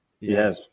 Yes